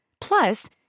Plus